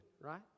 right